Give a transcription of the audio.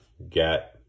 get